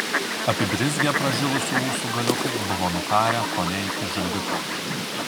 apibrizgę pražilusių ūsų galiukai buvo nukarę kone iki žandikaulių